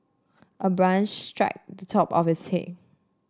a branch struck the top of his head